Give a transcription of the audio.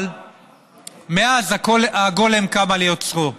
אבל מאז הגולם קם על יוצרו,